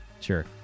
sure